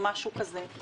או משהו כזה.